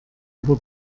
aber